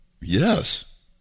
Yes